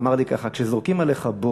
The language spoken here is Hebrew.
הוא אמר לי ככה: כשזורקים אליך בוץ,